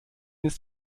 ist